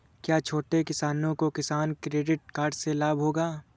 क्या छोटे किसानों को किसान क्रेडिट कार्ड से लाभ होगा?